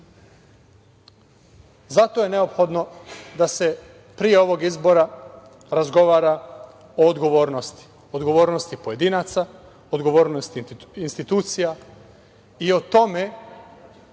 je neophodno da se pre ovog izbora razgovara o odgovornosti. Odgovornosti pojedinaca, odgovornosti institucija i o tome